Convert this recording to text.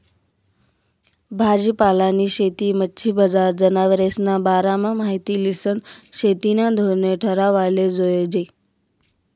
भाजीपालानी शेती, मच्छी बजार, जनावरेस्ना बारामा माहिती ल्हिसन शेतीना धोरणे ठरावाले जोयजे